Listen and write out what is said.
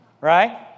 right